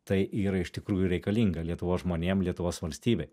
tai yra iš tikrųjų reikalinga lietuvos žmonėm lietuvos valstybei